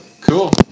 Cool